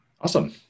Awesome